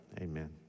amen